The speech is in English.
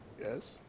Yes